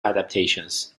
adaptions